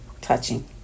touching